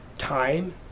Time